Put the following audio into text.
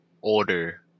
order